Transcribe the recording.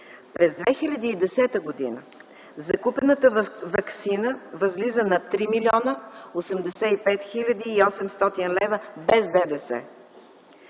През 2010 г. закупената ваксина възлиза на 3 млн. 85 хил. 800 лв. без ДДС.